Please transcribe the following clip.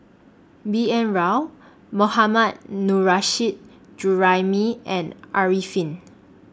B N Rao Mohammad Nurrasyid Juraimi and Arifin